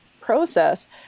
process